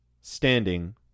standing